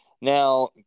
Now